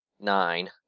Nine